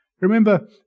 Remember